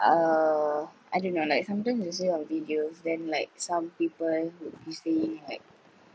uh I don't know like sometimes you see on videos then like some people would be saying like